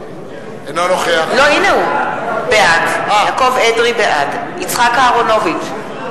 בעד יצחק אהרונוביץ,